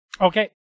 Okay